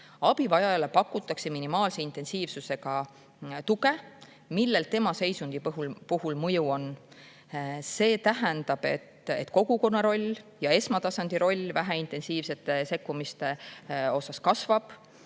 Abivajajale pakutakse minimaalse intensiivsusega tuge, millel tema seisundi puhul mõju on. See tähendab, et kogukonna roll ja esmatasandi roll väheintensiivsete sekkumiste osas kasvab.